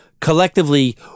collectively